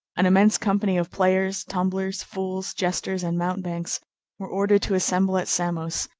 an immense company of players, tumblers, fools, jesters, and mountebanks were ordered to assemble at samos,